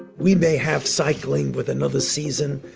we may have cycling with another season.